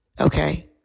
okay